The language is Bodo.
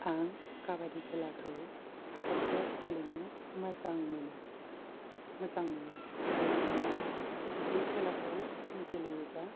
आं काबादि खेलाखौ जोबोद गेलेनो मोजां मोनो मोजां मोनो मानोना बे खेलाखौ गेलेयोबा